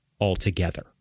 altogether